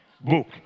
book